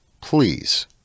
please